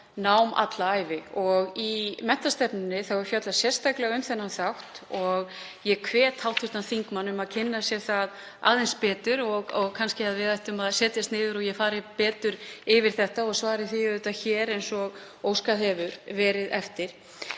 nám alla ævi. Í menntastefnunni er fjallað sérstaklega um þennan þátt og ég hvet hv. þingmann til að kynna sér það aðeins betur. Kannski ættum við að setjast niður og ég fari betur yfir þetta þótt ég svari því auðvitað hér eins og óskað hefur verið eftir.